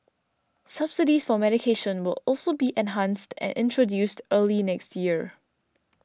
subsidies for medication will also be enhanced and introduced early next year